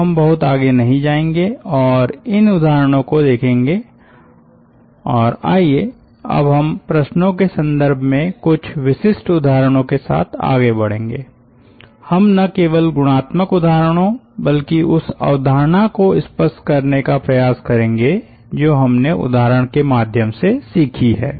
तो हम बहुत आगे नहीं जाएंगे और इन उदाहरणों को देखेंगे और आईये अब हम प्रश्नो के संदर्भ में कुछ विशिष्ट उदाहरणों के साथ आगे बढ़ेंगे हम न केवल गुणात्मक उदाहरणो बल्कि उस अवधारणा को स्पष्ट करने का प्रयास करेंगे जो हमने उदाहरण के माध्यम से सीखी है